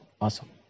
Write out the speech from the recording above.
Awesome